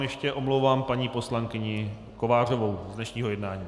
Ještě omlouvám paní poslankyni Kovářovou z dnešního jednání.